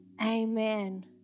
Amen